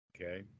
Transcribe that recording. Okay